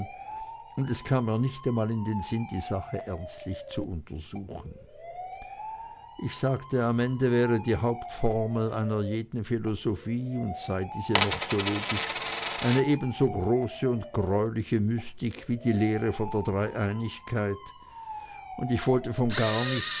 und es kam mir nicht einmal in den sinn die sache ernstlich zu untersuchen ich sagte am ende wäre die hauptformel einer jeden philosophie und sei diese noch so logisch eine ebenso große und greuliche mystik wie die lehre von der dreieinigkeit und ich wollte von gar nichts